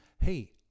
hey